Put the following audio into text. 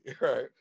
right